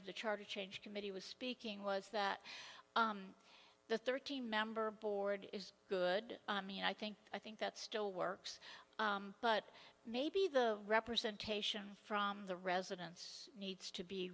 of the charter change committee was speaking was that the thirteen member board is good me and i think i think that still works but maybe the representation from the residents needs to be